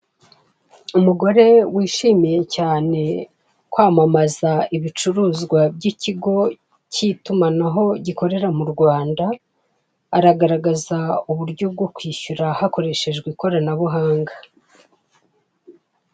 Umugore wishimiye cyane kwamamaza ibicuruzwa by'ikigo k'itumanaho gikorera mu Rwanda aragaragaza uburyo bwo kwishyura hakoreshejwe ikoranabuhanga.